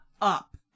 up